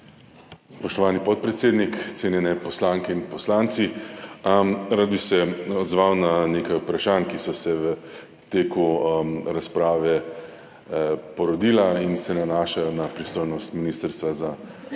Spoštovani podpredsednik, cenjene poslanke in poslanci! Rad bi se odzval na nekaj vprašanj, ki so se porodila v razpravi in se nanašajo na pristojnost Ministrstva za